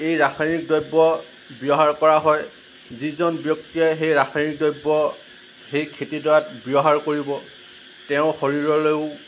এই ৰাসায়নিক দ্ৰব্য় ব্য়ৱহাৰ কৰা হয় যিজন ব্য়ক্তিয়ে সেই ৰাসায়নিক দ্ৰব্য় সেই খেতিডৰাত ব্য়ৱহাৰ কৰিব তেওঁৰ শৰীৰলৈও